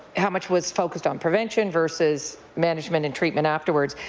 how much was focused on prevention versus management and treatment afterwards?